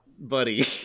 buddy